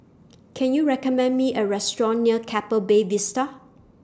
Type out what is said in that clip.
Can YOU recommend Me A Restaurant near Keppel Bay Vista